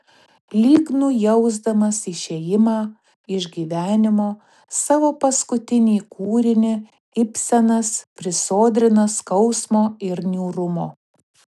lyg nujausdamas išėjimą iš gyvenimo savo paskutinį kūrinį ibsenas prisodrina skausmo ir niūrumo